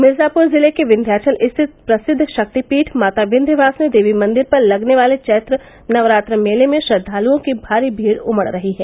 मिर्जापुर जिले के विन्ध्याचल स्थित प्रसिद्ध शक्तिपीठ माता विन्ध्यवासिनी देवी मंदिर पर लगने वाले चैत्र नवरात्र मेले में श्रद्वालुओं की भारी भीड़ उमड़ रही है